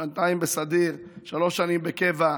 שנתיים בסדיר, שלוש שנים בקבע,